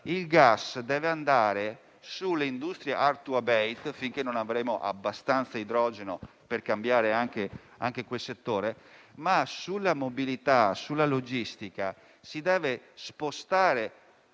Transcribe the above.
Il gas deve essere utilizzato per le industrie *hard to abate*, finché non avremo abbastanza idrogeno per cambiare anche quel settore, ma sulla mobilità e sulla logistica si deve spostare